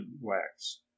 wax